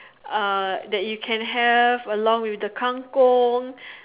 uh that you can have along with the kang-kong